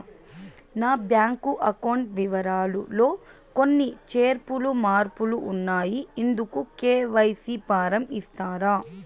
నా bank account వివరాలు లో కొన్ని చేర్పులు మార్పులు ఉన్నాయి, ఇందుకు కె.వై.సి ఫారం ఇస్తారా?